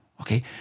Okay